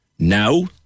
Now